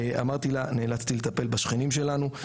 אמרתי לה נאלצתי לטפל בשכנים שלנו.